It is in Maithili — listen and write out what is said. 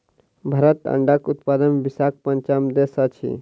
भारत अंडाक उत्पादन मे विश्वक पाँचम देश अछि